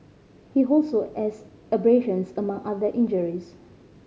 he also had abrasions among other injuries